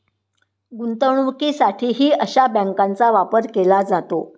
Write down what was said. गुंतवणुकीसाठीही अशा बँकांचा वापर केला जातो